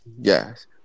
yes